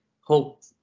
Hope